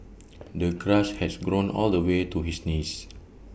the grass had grown all the way to his knees